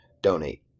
donate